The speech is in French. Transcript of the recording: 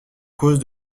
cause